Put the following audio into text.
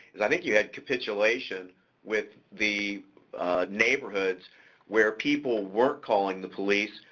is i think you had capitulation with the neighborhoods where people weren't calling the police,